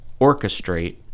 orchestrate